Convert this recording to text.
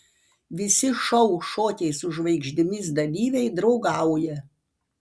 visi šou šokiai su žvaigždėmis dalyviai draugauja